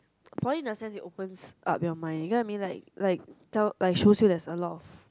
poly in the sense it opens up your mind you get what I mean like like tell like shows you there's a lot of